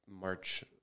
March